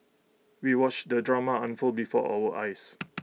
we watched the drama unfold before our eyes